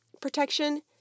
protection